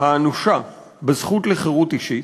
האנושה בזכות לחירות אישית,